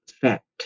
fact